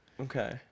Okay